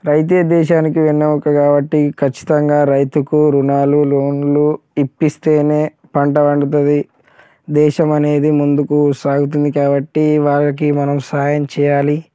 రైతు దేశానికి వెన్నుముక కాబట్టి ఖచ్చితంగా రైతుకు ఋణాలు లోన్లు ఇస్తేనే పంట వండుతుంది దేశం అనేది ముందుకు సాగుతుంది కాబట్టి వారికి మనం సహాయం చేయాలి